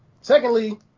Secondly